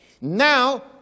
Now